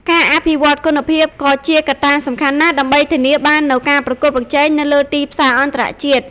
ការអភិវឌ្ឍគុណភាពក៏ជាកត្តាសំខាន់ណាស់ ដើម្បីធានាបាននូវការប្រកួតប្រជែងនៅលើទីផ្សារអន្តរជាតិ។